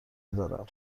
دارم